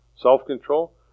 self-control